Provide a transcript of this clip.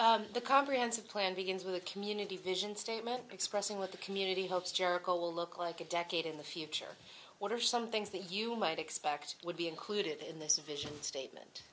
the comprehensive plan begins with a community vision statement expressing what the community hopes jericho will look like a decade in the future what are some things that you might expect would be included in the vision statement